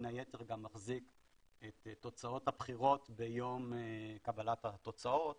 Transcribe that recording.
בין היתר גם מחזיק את תוצאות הבחירות ביום קבלת התוצאות